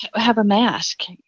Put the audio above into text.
have a mask?